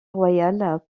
royale